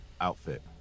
outfit